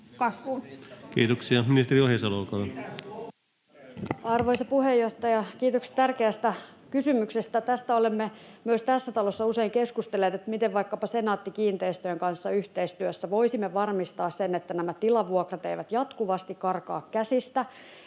Arvoisa puheenjohtaja! Kiitokset tärkeästä kysymyksestä. Tästä olemme myös tässä talossa usein keskustelleet, miten vaikkapa Senaatti-kiinteistöjen kanssa yhteistyössä voisimme varmistaa sen, että nämä tilavuokrat eivät jatkuvasti karkaa käsistä,